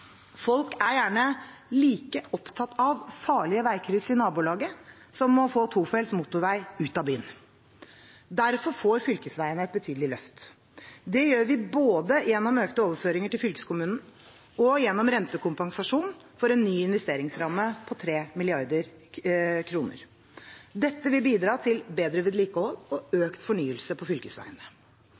Folk er gjerne like opptatt av farlige veikryss i nabolaget som å få tofelts motorvei ut av byen. Derfor får fylkesveiene et betydelig løft. Det gjør vi både gjennom økte overføringer til fylkeskommunene og gjennom rentekompensasjon for en ny investeringsramme på 3 mrd. kr. Dette vil bidra til bedre vedlikehold og økt fornyelse på fylkesveiene.